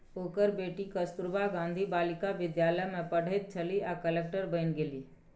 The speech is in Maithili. ओकर बेटी कस्तूरबा गांधी बालिका विद्यालय मे पढ़ैत छलीह आ कलेक्टर बनि गेलीह